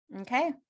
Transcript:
Okay